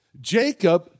Jacob